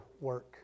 work